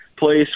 place